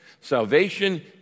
Salvation